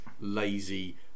lazy